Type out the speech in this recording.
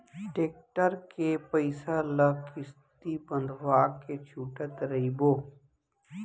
tractor के पइसा ल किस्ती बंधवा के छूटत रइबो